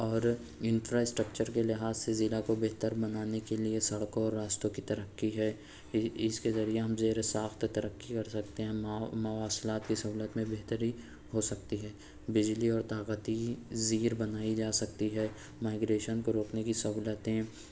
اور infrastructure کے لحاظ سے ضلع کو بہتر بنانے کے لیے سڑکوں اور راستوں کی ترقی ہے اس کے ذریعہ ہم زیرساخت ترقی کر سکتے ہیں مواصلات کی سہولت میں بہتری ہو سکتی ہے بجلی اور طاقتی زیر بنائی جا سکتی ہے مائگریشن کو روکنے کی سہولتیں